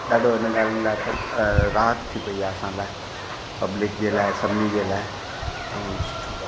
ॾाढो इन ॻाल्हि लाइ प राॻ थी पई आहे असां लाइ पब्लिक जे लाइ सभिनी जे लाइ तमामु सुठो